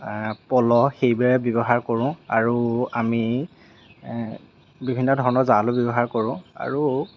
পল' সেইবোৰেই ব্য়ৱহাৰ কৰোঁ আৰু আমি বিভিন্ন ধৰণৰ জালো ব্য়ৱহাৰ কৰোঁ আৰু